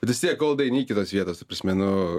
vis tiek kol daeini iki tos vietos ta prasme nu